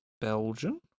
Belgian